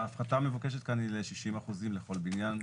ההפחתה המבוקשת כאן היא ל-60% לכל בניין.